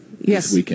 Yes